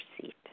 seat